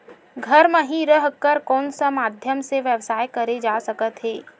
घर म हि रह कर कोन माध्यम से व्यवसाय करे जा सकत हे?